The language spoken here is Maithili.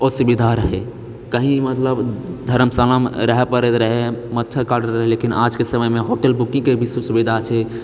असुविधा रहै कही मतलब धर्मशालामे रहए पड़ैत रहै मच्छर काटैत रहै लेकिन आजके समयमे होटल बुकिङ्गके भी सुविधा छै